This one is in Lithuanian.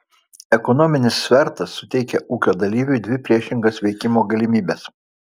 ekonominis svertas suteikia ūkio dalyviui dvi priešingas veikimo galimybes